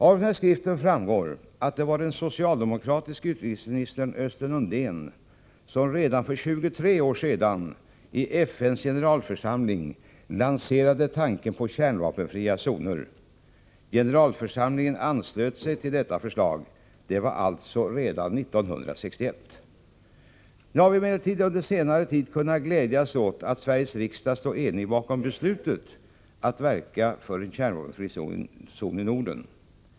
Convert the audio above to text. Av denna skrift framgår att det var den socialdemokratiske utrikesminis tern Östen Undén som redan för 23 år sedan i FN:s generalförsamling lanserade tanken på kärnvapenfria zoner. Generalförsamlingen anslöt sig till förslaget. Det var alltså redan 1961. Vi har emellertid under senare tid kunnat glädjas åt att Sveriges riksdag står enig bakom beslutet att verka för en kärnvapenfri zon i Norden.